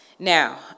Now